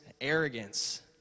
arrogance